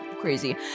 crazy